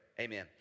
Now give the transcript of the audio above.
Amen